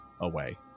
away